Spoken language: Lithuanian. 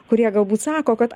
kurie galbūt sako kad